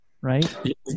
Right